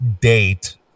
date